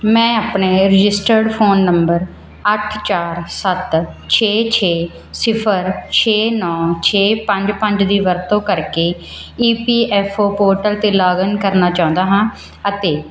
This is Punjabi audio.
ਮੈਂ ਆਪਣੇ ਰਜਿਸਟਰਡ ਫ਼ੋਨ ਨੰਬਰ ਅੱਠ ਚਾਰ ਸੱਤ ਛੇ ਛੇ ਸਿਫ਼ਰ ਛੇ ਨੌ ਛੇ ਪੰਜ ਪੰਜ ਦੀ ਵਰਤੋਂ ਕਰਕੇ E P F O portal ਤੇ ਲੌਗਇਨ ਕਰਨਾ ਚਾਹੁੰਦਾ ਹਾਂ ਅਤੇ